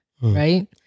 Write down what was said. Right